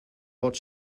pot